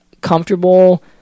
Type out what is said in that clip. comfortable